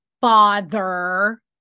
father